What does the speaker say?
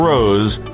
Rose